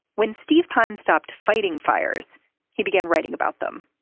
when steve pyne stopped fighting fires he began writing about them.